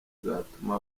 zatuma